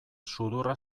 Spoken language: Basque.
sudurra